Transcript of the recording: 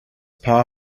paar